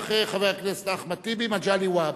ו"בעדין", אחרי חבר הכנסת אחמד טיבי, מגלי והבה.